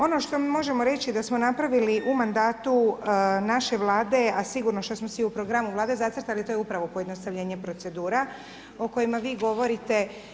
Ono što mi možemo reći da smo napravili u mandatu naše Vlade a sigurno što smo si u programu Vlade zacrtali, to je upravo pojednostavljenje procedura o kojima vi govorite.